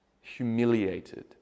humiliated